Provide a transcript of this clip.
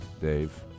Dave